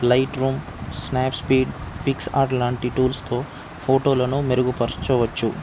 Lightroom Snapseed Pixel లాంటి టూల్స్తో ఫోటోలను మెరుగుపరచవచ్చు